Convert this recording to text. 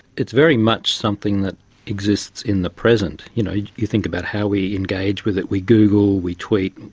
it's very much something that exists in the present. you know you think about how we engage with it, we google, we tweet,